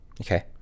Okay